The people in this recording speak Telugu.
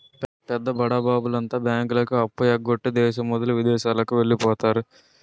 పెద్ద బడాబాబుల అంతా బ్యాంకులకు అప్పు ఎగ్గొట్టి దేశం వదిలి విదేశాలకు వెళ్లిపోతారు